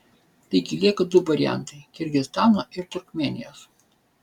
taigi lieka du variantai kirgizstano ir turkmėnijos